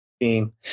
team